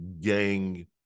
gang